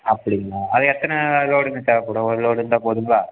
அப்படிங்களா அது எத்தனை லோடுங்க தேவைப்படும் ஒரு லோடு இருந்தால் போதுங்களா